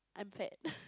I'm fat